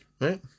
right